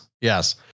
yes